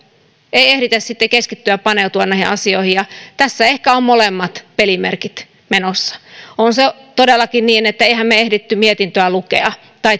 ei ehditä sitten keskittyä ja paneutua näihin asioihin tässä ehkä on molemmat pelimerkit menossa on se todellakin niin että emmehän me ehtineet mietintöä lukea tai